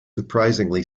surprisingly